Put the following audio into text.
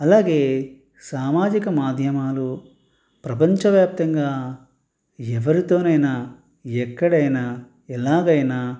అలాగే సామాజిక మాధ్యమాలు ప్రపంచవ్యాప్తంగా ఎవరితోనైనా ఎక్కడైనా ఎలాగైనా